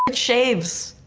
but shaves.